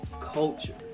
culture